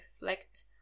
reflect